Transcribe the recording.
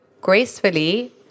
gracefully